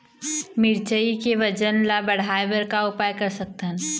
मिरचई के वजन ला बढ़ाएं बर का उपाय कर सकथन?